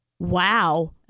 Wow